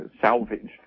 salvaged